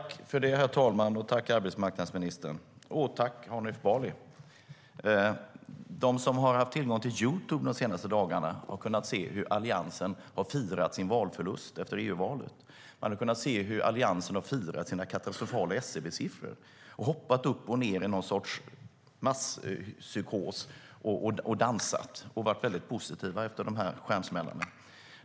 Herr talman! Jag tackar arbetsmarknadsministern och Hanif Bali. De som haft tillgång till Youtube de senaste dagarna har kunnat se hur Alliansen firat sin valförlust efter EU-valet och sina katastrofala SCB-siffror. De har hoppat upp och ned i någon sorts masspsykos, dansat och varit väldigt positiva efter dessa stjärnsmällar.